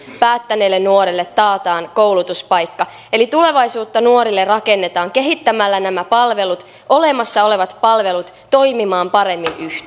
päättäneelle nuorelle taataan koulutuspaikka eli tulevaisuutta nuorille rakennetaan kehittämällä nämä palvelut olemassa olevat palvelut toimimaan paremmin